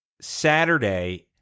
Saturday